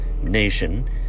nation